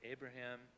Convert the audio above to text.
Abraham